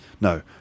No